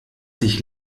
sich